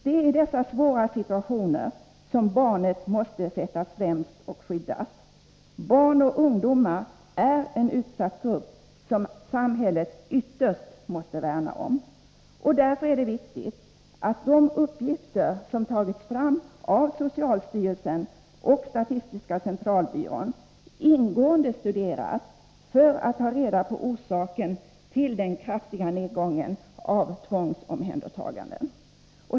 Det är i dessa svåra situationer som barnet måste sättas främst och skyddas. Barn och ungdomar är en utsatt grupp som samhället ytterst måste värna om. Därför är det viktigt att de uppgifter som har tagits fram av socialstyrelsen och statistiska centralbyrån ingående studeras för att ta reda på orsaken till den kraftiga nedgången i antalet tvångsomhändertaganden.